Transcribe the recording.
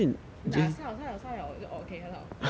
like 杀 liao 杀 liao 杀 liao 我就 orh okay 很好